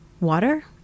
water